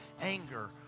anger